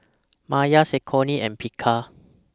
Mayer Saucony and Picard